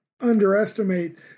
underestimate